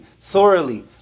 thoroughly